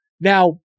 Now